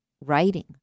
writing